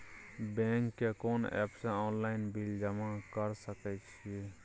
Bank के कोन app से ऑनलाइन बिल जमा कर सके छिए?